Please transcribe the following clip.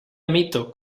amito